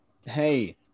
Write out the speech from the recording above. hey